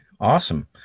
Awesome